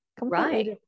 right